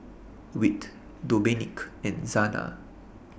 Whit Domenick and Zana